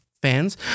fans